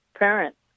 parents